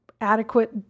adequate